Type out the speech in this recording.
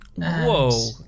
whoa